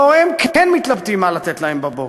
והוריהם כן מתלבטים מה לתת להם בבוקר.